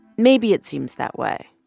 maybe it seems that way